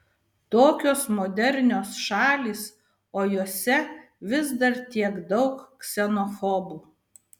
tokios modernios šalys o jose vis dar tiek daug ksenofobų